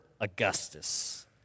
Augustus